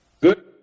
Good